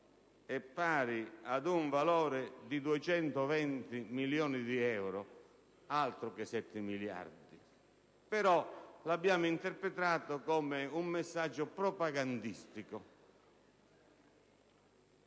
è pari ad un valore di 220 milioni di euro; altro che 7 miliardi di euro. Lo abbiamo però interpretato come un messaggio propagandistico.